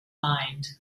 mind